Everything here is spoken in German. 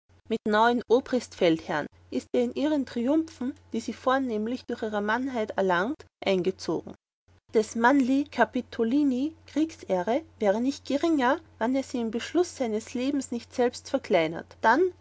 mit neun obristfeldherren ist er in ihren triumphen die sie vornehmlich durch ihre mannheit erlangt eingezogen des manlii capitolini kriegsehre wäre nicht geringer wann er sie im beschluß seines lebens nicht selbst verkleinert dann